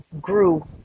grew